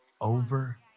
over